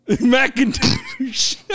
Macintosh